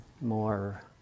More